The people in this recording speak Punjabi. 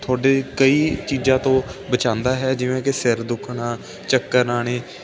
ਤੁਹਾਡੇ ਕਈ ਚੀਜ਼ਾਂ ਤੋਂ ਬਚਾਉਂਦਾ ਹੈ ਜਿਵੇਂ ਕਿ ਸਿਰ ਦੁੱਖਣਾ ਚੱਕਰ ਆਉਣੇ